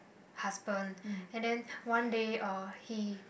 husband and then one day uh he